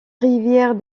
rivière